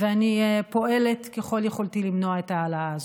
ואני פועלת ככל יכולתי למנוע את ההעלאה הזאת.